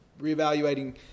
reevaluating